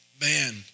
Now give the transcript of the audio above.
Man